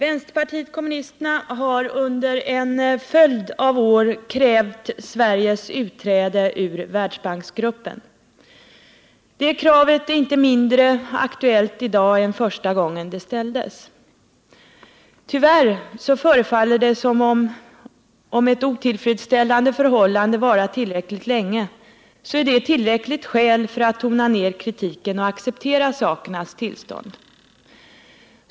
Herr talman! Vpk har under en följd av år krävt Sveriges utträde ur Världsbanksgruppen. Detta krav är inte mindre aktuellt i dag än första gången det ställdes. Tyvärr förefaller det vara så, att när ett otillfredsställande förhållande varar tillräckligt länge är detta tillräckligt skäl för att tona ner kritiken och acceptera sakernas tillstånd.